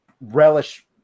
relish